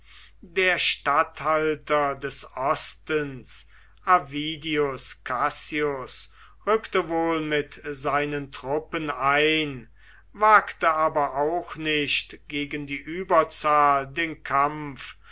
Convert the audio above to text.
der statthalter des ostens avidius cassius rückte wohl mit seinen truppen ein wagte aber auch nicht gegen die überzahl den kampf